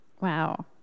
Wow